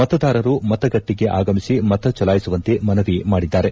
ಮತದಾರರು ಮತಗಟ್ಟಿಗೆ ಆಗಮಿಸಿ ಮತ ಚಲಾಯಿಸುವಂತೆ ಮನವಿ ಮಾಡಿದ್ದಾರೆ